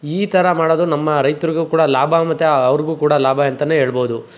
ಈ ಥರ ಮಾಡೋದು ನಮ್ಮ ರೈತರಿಗು ಕೂಡ ಲಾಭ ಮತ್ತು ಅವ್ರಿಗೂ ಕೂಡ ಲಾಭ ಅಂತ ಹೇಳ್ಬೋದು